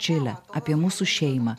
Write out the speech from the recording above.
čilę apie mūsų šeimą